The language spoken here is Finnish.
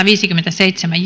viisikymmentäseitsemän